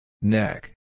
Neck